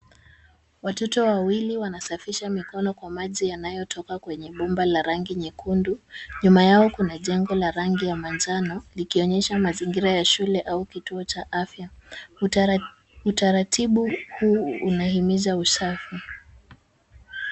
Watoto wawili wanasafisha mikono kwa maji yanayotoka kwenye bomba la rangi nyekundu. Nyuma yao kuna jengo la rangi ya manjano likionyesha mazingira ya shule au kituo cha afya. Utaratibu huu unahimiza usafi.